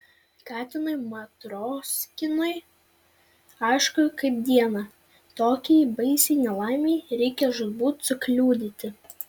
katinui matroskinui aišku kaip dieną tokiai baisiai nelaimei reikia žūtbūt sukliudyti